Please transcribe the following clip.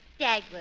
Dagwood